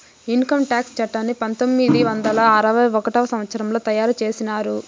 income tax చట్టాన్ని పంతొమ్మిది వందల అరవై ఒకటవ సంవచ్చరంలో తయారు చేసినారు